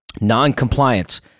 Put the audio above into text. non-compliance